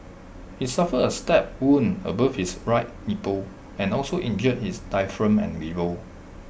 he suffered A stab wound above his right nipple and also injured his diaphragm and liver